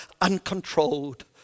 uncontrolled